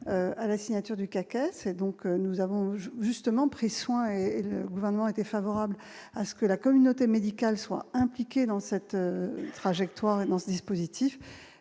à la signature du cacao, c'est donc nous avons justement pris soin, le gouvernement était favorable à ce que la communauté médicale soit impliqué dans cette trajectoire dans ce dispositif,